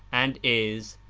and is,